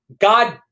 God